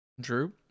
Drew